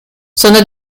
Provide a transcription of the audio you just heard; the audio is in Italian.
sono